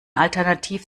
alternativ